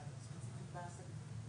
תלכו הביתה עם מה שהכנתם,